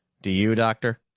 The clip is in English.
do you, doctor?